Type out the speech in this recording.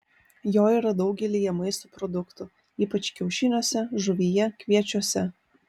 jo yra daugelyje maisto produktų ypač kiaušiniuose žuvyje kviečiuose